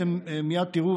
אתם מייד תראו,